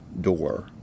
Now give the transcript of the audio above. door